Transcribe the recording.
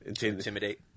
Intimidate